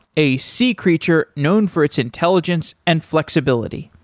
a sea creature known for its intelligence and flexibility.